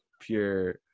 pure –